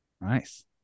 Nice